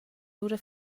lura